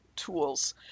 tools